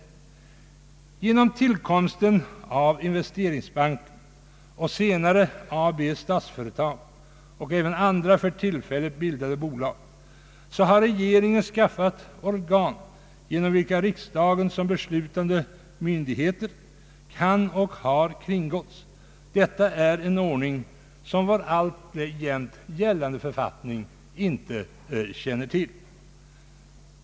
I och med tillkomsten av Investeringsbanken och senare Statsföretag AB och andra för ändamålet bildade bolag har regeringen skaffat organ genom vilka riksdagen kan kringgås och har kringgåtts som beslutande myndighet. Detta är en ordning som vår alltjämt gällande författning inte känner till.